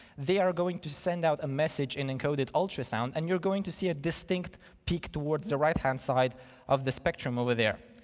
they are going to send out a message in encoded ultrasound, and you're going to see a distinct peak towards the right-hand side of the spectrum over there.